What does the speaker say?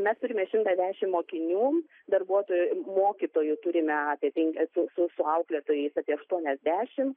mes turime šimtą dešimt mokinių darbuotojų mokytojų turime apie penkia su su auklėtojais apie aštuoniasdešimt